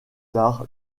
tard